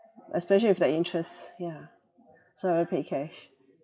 especially if the interest yeah so I rather pay cash